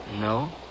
No